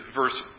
verse